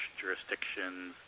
jurisdictions